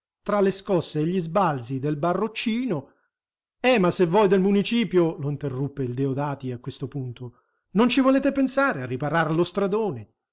tra le scosse e gli sbalzi del baroccino eh ma se voi del municipio lo interruppe il deodati a questo punto non ci volete pensare a riparar lo stradone